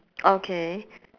okay